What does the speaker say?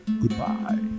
Goodbye